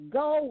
go